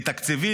כי תקציבית,